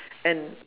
and